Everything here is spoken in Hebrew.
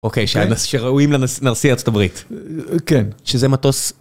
אוקיי, שראויים לנשיא ארצת הברית. כן. שזה מטוס...